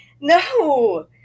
no